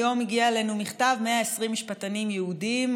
היום הגיע אלינו מכתב: 120 משפטנים יהודים,